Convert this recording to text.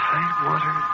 Tidewater